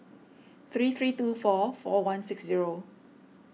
three three two four four one six zero